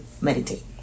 meditate